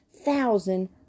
thousand